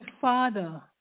father